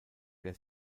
der